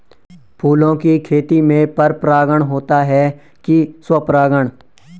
फूलों की खेती में पर परागण होता है कि स्वपरागण?